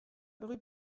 rue